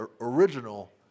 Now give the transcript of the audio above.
original